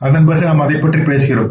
அதன்பிறகு நாம் அதைப் பற்றி பேசுகிறோம்